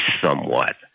somewhat